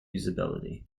usability